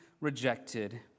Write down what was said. rejected